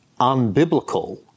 unbiblical